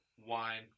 wine